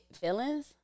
feelings